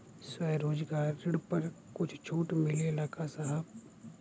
स्वरोजगार ऋण पर कुछ छूट मिलेला का साहब?